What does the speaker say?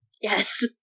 Yes